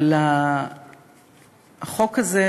אבל החוק הזה,